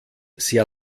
sehr